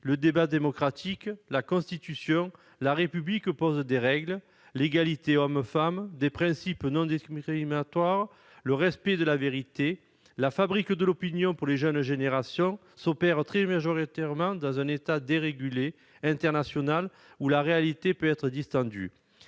le débat démocratique, la Constitution, la République posent des règles- l'égalité hommes-femmes, des principes non discriminatoires, le respect de la vérité -, la fabrique de l'opinion pour les jeunes générations s'opère très majoritairement dans un espace dérégulé, international, dans lequel la réalité peut être distendue.